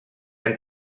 han